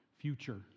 future